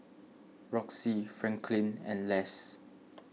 Roxie Franklyn and Les